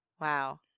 Wow